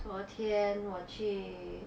昨天我去